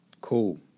Cool